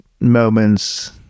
moments